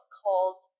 called